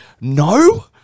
No